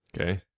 okay